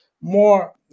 more